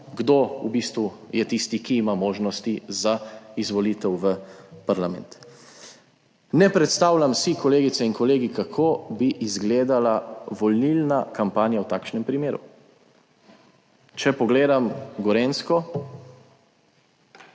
je tisti, ki ima možnosti za izvolitev v parlament. Ne predstavljam si, kolegice in kolegi, kako bi izgledala volilna kampanja v takšnem primeru. Če pogledam Gorenjsko,